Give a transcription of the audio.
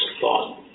thought